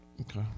Okay